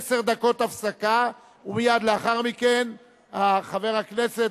עשר דקות הפסקה ומייד לאחר מכן חבר הכנסת